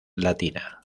latina